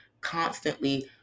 constantly